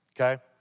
okay